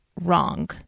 wrong